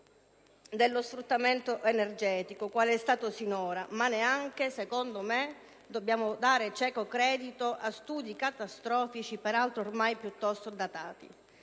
dello sfruttamento energetico qual è stato sinora, ma neanche, secondo me, dobbiamo dare cieco credito a studi catastrofisti, peraltro ormai piuttosto datati.